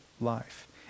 life